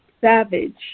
savage